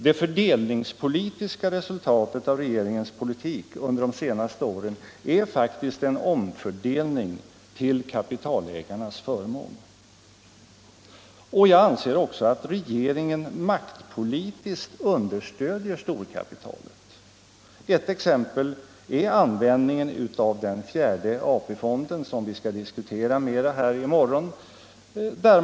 Det fördelningspolitiska resultatet av regeringens politik under de senaste åren är faktiskt en omfördelning till kapitalägarnas förmån. Jag anser också att regeringen maktpolitiskt understöder storkapitalet. Ett exempel är användningen av den fjärde AP-fonden, som vi skall diskutera mer här i morgon.